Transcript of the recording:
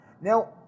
Now